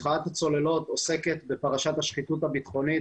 מחאת הצוללות עוסקת בפרשת השחיתות הביטחונית